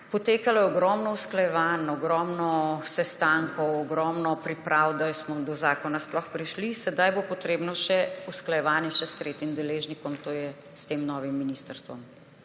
Potekalo je ogromno usklajevanj, ogromno sestankov, ogromno priprav, da smo do zakona sploh prišli, sedaj bo potrebno še usklajevanje s tretjim deležnikom, to je s tem novim ministrstvom.